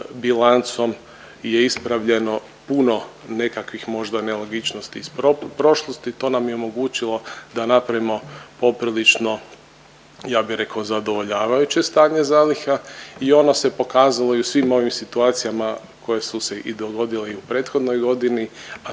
bilancom je ispravljeno puno nekakvih možda nelogičnosti iz prošlosti. To nam je omogućilo da napravimo poprilično ja bi rekao zadovoljavajuće stanje zaliha i ono se pokazalo i u svim ovim situacijama koje su se i dogodile i u prethodnoj godini, a